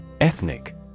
Ethnic